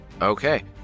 Okay